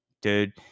dude